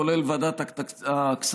כולל בוועדת הכספים,